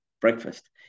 breakfast